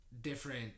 different